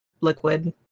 liquid